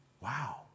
Wow